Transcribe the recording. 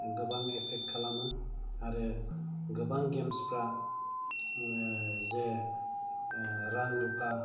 गोबां एफेक्त खालामो आरो गोबां गेम्स फ्रा जे रां रुफा